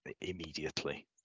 immediately